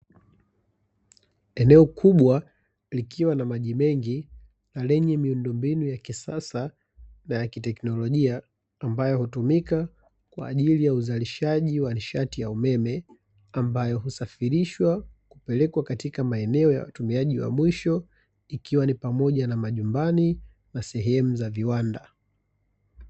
Eneo kubwa likiwa na maji mengi na lenye miundombinu ya kisasa na ya kiteknolojia, ambayo hutumika kwa ajili ya uzalishaji wa nishati ya umeme, ambayo husafirishwa kupelekwa katika maeneo ya watumiaji wa mwisho, ikiwa ni pamoja na majumbani, na sehemu za viwanda.